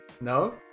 No